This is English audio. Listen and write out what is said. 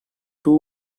two